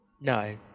No